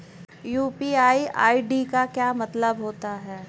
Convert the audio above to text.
UPI ID का मतलब क्या होता है?